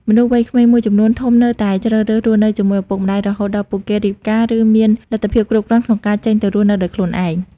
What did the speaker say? មនុស្សវ័យក្មេងមួយចំនួនធំនៅតែជ្រើសរើសរស់នៅជាមួយឪពុកម្តាយ រហូតដល់ពួកគេរៀបការ ឬមានលទ្ធភាពគ្រប់គ្រាន់ក្នុងការចេញទៅរស់នៅដោយខ្លួនឯង។